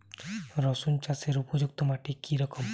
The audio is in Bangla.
রুসুন চাষের উপযুক্ত মাটি কি রকম?